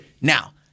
Now